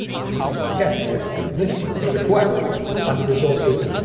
and it lists again, it lists lists the requests and the resources